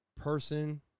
person